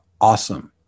awesome